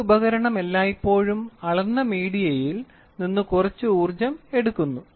ഒരു ഉപകരണം എല്ലായ്പ്പോഴും അളന്ന മീഡിയയിൽ നിന്ന് കുറച്ച് ഊർജ്ജം എടുക്കുന്നു